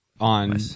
On